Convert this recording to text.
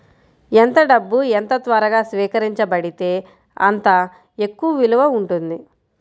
ఎంత డబ్బు ఎంత త్వరగా స్వీకరించబడితే అంత ఎక్కువ విలువ ఉంటుంది